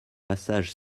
passage